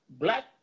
black